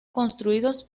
construidos